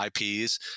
IPs